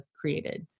created